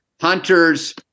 Hunters